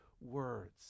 words